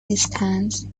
distance